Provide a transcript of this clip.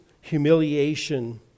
humiliation